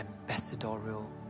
ambassadorial